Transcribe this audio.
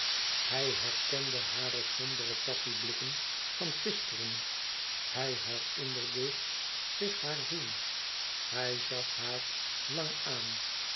hij herkende hare sombere passieblikken van gisteren hij herinnerde zich haar zoen hij zag haar lang aan